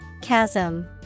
Chasm